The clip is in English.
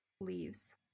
leaves